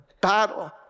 battle